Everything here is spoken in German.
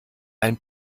ein